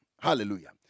Hallelujah